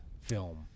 film